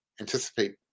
anticipate